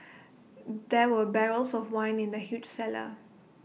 there were barrels of wine in the huge cellar